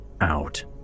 out